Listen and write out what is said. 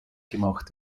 gemacht